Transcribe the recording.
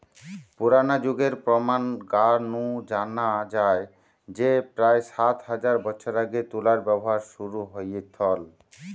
পুরনা যুগের প্রমান গা নু জানা যায় যে প্রায় সাত হাজার বছর আগে তুলার ব্যবহার শুরু হইথল